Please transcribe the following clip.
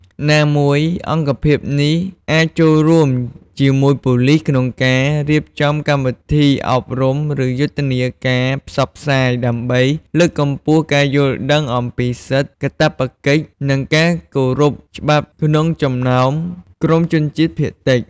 ណាមួយអង្គភាពនេះអាចចូលរួមជាមួយប៉ូលិសក្នុងការរៀបចំកម្មវិធីអប់រំ ឬយុទ្ធនាការផ្សព្វផ្សាយ ដើម្បីលើកកម្ពស់ការយល់ដឹងអំពីសិទ្ធិ កាតព្វកិច្ច និងការគោរពច្បាប់ក្នុងចំណោមក្រុមជនជាតិភាគតិច។